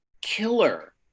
killer